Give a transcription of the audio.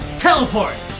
teleport!